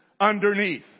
underneath